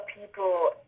people